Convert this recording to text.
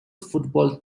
football